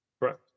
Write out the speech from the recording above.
Correct